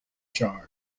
charge